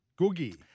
Googie